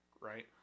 right